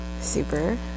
Super